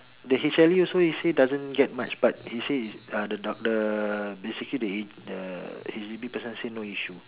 the H_L_E also he say doesn't get much but he say is uh the doc~ the basically the ag~ the H_D_B person say no issue